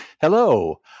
Hello